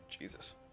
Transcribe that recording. Jesus